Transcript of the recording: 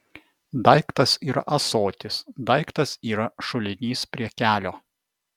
daiktas yra ąsotis daiktas yra šulinys prie kelio